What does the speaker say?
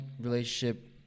relationship